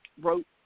wrote